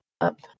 up